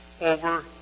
over